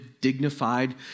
dignified